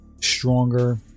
Stronger